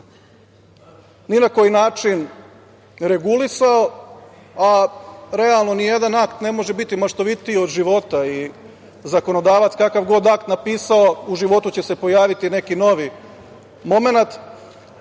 ni na koji način regulisao, a realno nijedan akt ne može biti maštovitiji od života i zakonodavac kakav god akt napisao u životu će se pojaviti neki novi momenat,